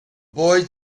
boy